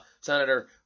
Senator